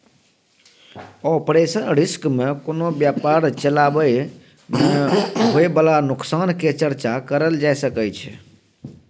operational risk में कोनो व्यापार चलाबइ में होइ बाला नोकसान के चर्चा करल जा सकइ छइ